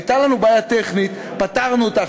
הייתה לנו בעיה טכנית, פתרנו אותה.